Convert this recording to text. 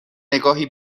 نگاهی